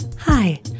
Hi